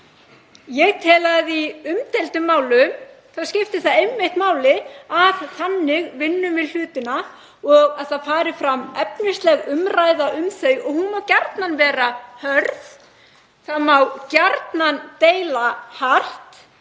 Ég tel að í umdeildum málum þá skipti einmitt máli að þannig vinnum við hlutina og að það fari fram efnisleg umræða um þau. Hún má gjarnan vera hörð, það má gjarnan deila hart,